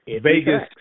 Vegas